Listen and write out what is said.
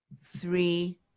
Three